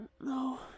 No